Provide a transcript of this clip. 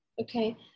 Okay